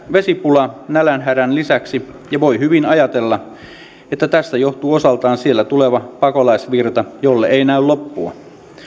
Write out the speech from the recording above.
vesipula nälänhädän lisäksi ja voi hyvin ajatella että tästä johtuu osaltaan sieltä tuleva pakolaisvirta jolle ei näy loppua